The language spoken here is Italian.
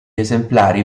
esemplari